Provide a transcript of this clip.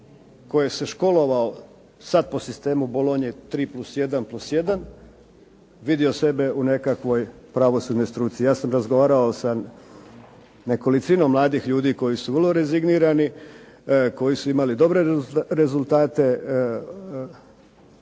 tko se školovao sada po sistemu Bolonje, tri plus jedan, plus jedan, vidio sebe u nekoj pravosudnoj struci. Ja sam razgovarao sa nekolicinom mladih ljudi koji su vrlo rezignirani, koji su imali dobre rezultate